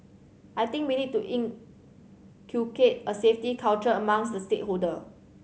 I think we need to inculcate a safety culture amongst the stakeholder